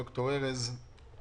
ד"ר ארז און,